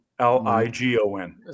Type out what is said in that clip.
L-I-G-O-N